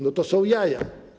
No to są jaja.